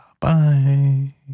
Bye